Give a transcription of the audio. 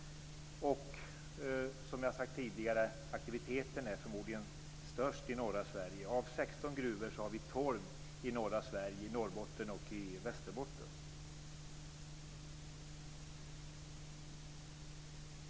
Och, som jag har sagt tidigare, aktiviteten är förmodligen störst i norra Sverige. Av 16 gruvor har vi 12 i norra Sverige, i Norrbotten och i Västerbotten.